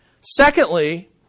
Secondly